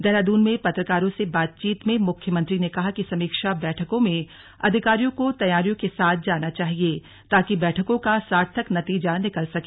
देहरादून में पत्रकारों से बातचीत में मुख्यमंत्री ने कहा कि समीक्षा बैठकों में अधिकारियों को तैयारियों के साथ जाना चाहिए ताकि बैठकों का सार्थक नतीजा निकल सके